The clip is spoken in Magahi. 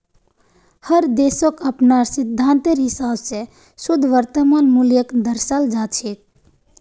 हर देशक अपनार सिद्धान्तेर हिसाब स शुद्ध वर्तमान मूल्यक दर्शाल जा छेक